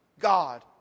God